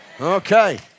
Okay